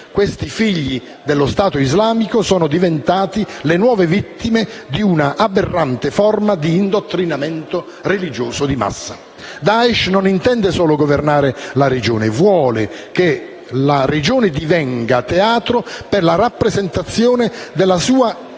Questi figli dello Stato islamico sono diventati le nuove vittime di una aberrante forma di indottrinamento religioso di massa. Daesh non intende solo governare la regione, ma vuole che essa divenga teatro per la rappresentazione della sua ideologia,